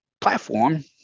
platform